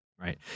Right